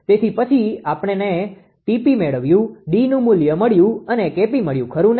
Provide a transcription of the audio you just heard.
તેથી પછી આપણે 𝑇𝑝 મેળવ્યું Dનુ મુલ્ય મળ્યું અને 𝐾𝑝 મળ્યું ખરું ને